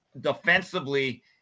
Defensively